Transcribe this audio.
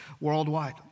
worldwide